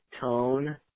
tone